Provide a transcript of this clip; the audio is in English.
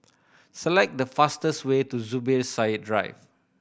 select the fastest way to Zubir Said Drive